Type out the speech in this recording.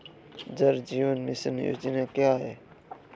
जल जीवन मिशन योजना क्या है?